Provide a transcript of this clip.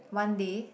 one day